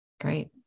Great